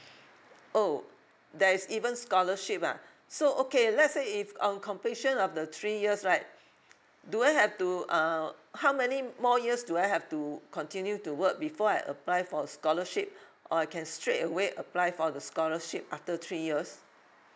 oh there's even scholarship ah so okay let's say if on completion of the three years right do I have to uh how many more years do I have to continue to work before I apply for the scholarship or I can straight away apply for the scholarship after three years